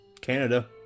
Canada